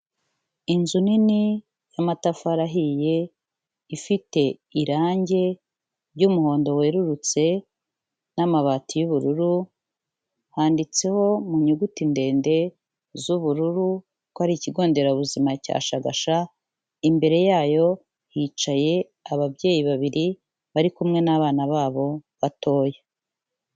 Inzu nini y'amatafari ahiye, ifite irangi ry'umuhondo werurutse n'amabati y'ubururu, handitseho mu nyuguti ndende z'ubururu ko ari ikigo nderabuzima cya Shagasha, imbere yayo hicaye ababyeyi babiri bari kumwe n'abana babo batoya.